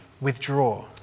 withdraw